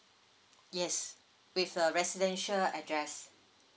yes with a residential address